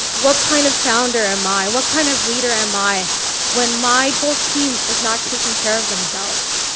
what kind of founder am i? what kind of leader am i when my whole team is not taking care of themselves?